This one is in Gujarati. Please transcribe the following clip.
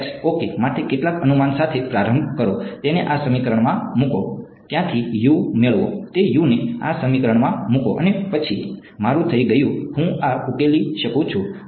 x ઓકે માટે કેટલાક અનુમાન સાથે પ્રારંભ કરો તેને આ સમીકરણમાં મૂકો ત્યાંથી મેળવો તે ને આ સમીકરણમાં મૂકો અને પછી મારું થઈ ગયું હું આ ઉકેલી શકું છું